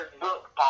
book